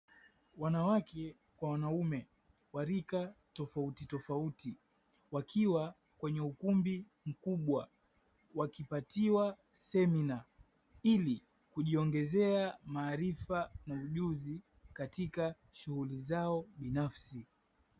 Wanawake kwa wanaume wa rika tofautitofauti wakiwa kwenye ukumbi mkubwa wakipatiwa semina, ili kujiongezea maarifa na ujuzi katika shughuli zao binafsi.